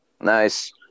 Nice